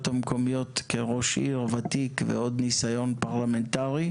המקומיות כראש עיר ותיק עם ניסיון פרלמנטרי.